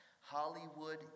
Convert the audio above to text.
Hollywood